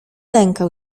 lękał